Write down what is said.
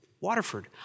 Waterford